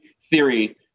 theory